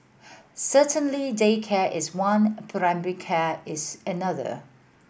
certainly daycare is one care is another